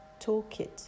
toolkit